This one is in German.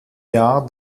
jahr